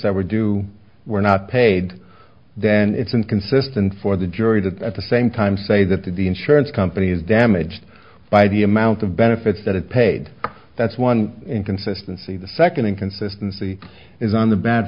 that were due were not paid then it's inconsistent for the jury to at the same time say that the insurance company is damaged by the amount of benefits that it paid that's one inconsistency the second inconsistency is on the bad